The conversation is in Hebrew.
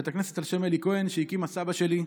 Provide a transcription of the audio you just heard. בית הכנסת על שם אלי כהן שהקים סבא שלי,